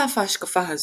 על אף ההשקפה הזו,